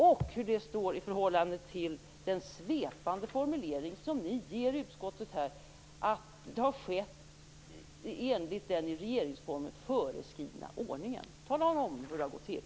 Ni gav det svepande svaret i utskottet att beredningen har skett enligt den i regeringsformen föreskrivna ordningen. Tala om hur det har gått till!